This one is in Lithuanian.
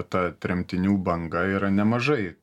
ta tremtinių banga yra nemažai